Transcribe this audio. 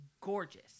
gorgeous